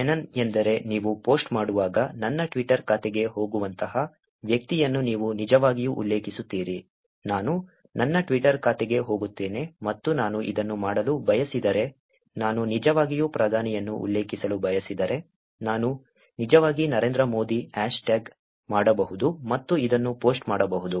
mention ಎಂದರೆ ನೀವು post ಮಾಡುವಾಗ ನನ್ನ ಟ್ವಿಟರ್ ಖಾತೆಗೆ ಹೋಗುವಂತಹ ವ್ಯಕ್ತಿಯನ್ನು ನೀವು ನಿಜವಾಗಿಯೂ ಉಲ್ಲೇಖಿಸುತ್ತೀರಿ ನಾನು ನನ್ನ ಟ್ವಿಟರ್ ಖಾತೆಗೆ ಹೋಗುತ್ತೇನೆ ಮತ್ತು ನಾನು ಇದನ್ನು ಮಾಡಲು ಬಯಸಿದರೆ ನಾನು ನಿಜವಾಗಿಯೂ ಪ್ರಧಾನಿಯನ್ನು ಉಲ್ಲೇಖಿಸಲು ಬಯಸಿದರೆ ನಾನು ನಿಜವಾಗಿ ನರೇಂದ್ರಮೋದಿ ಹ್ಯಾಶ್ಟ್ಯಾಗ್ ಮಾಡಬಹುದು ಮತ್ತು ಇದನ್ನು ಪೋಸ್ಟ್ ಮಾಡಬಹುದು